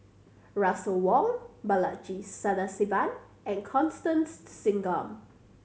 Russel Wong Balaji Sadasivan and Constance Singam